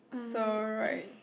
so right